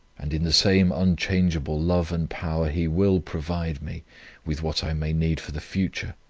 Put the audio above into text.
and in the same unchangeable love and power he will provide me with what i may need for the future.